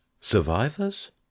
survivors